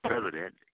President